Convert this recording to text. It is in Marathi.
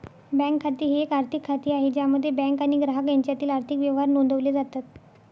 बँक खाते हे एक आर्थिक खाते आहे ज्यामध्ये बँक आणि ग्राहक यांच्यातील आर्थिक व्यवहार नोंदवले जातात